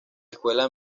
escuela